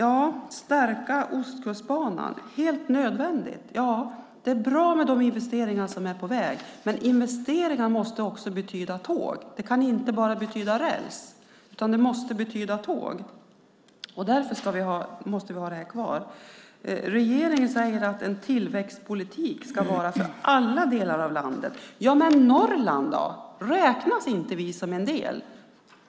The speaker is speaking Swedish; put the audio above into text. Att stärka Ostkustbanan är helt nödvändigt. Ja, det är bra med de investeringar som är på väg. Men investeringar måste också betyda tåg. Det kan inte bara betyda räls. Det måste betyda tåg. Därför måste vi ha detta kvar. Regeringen säger att en tillväxtpolitik ska vara för alla delar av landet. Jamen Norrland då, räknas inte vi som en del?